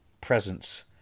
presence